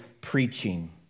preaching